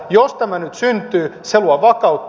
jos tämä nyt syntyy se luo vakautta